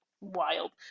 wild